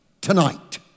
tonight